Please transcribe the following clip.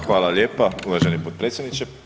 Hvala lijepa uvaženi potpredsjedniče.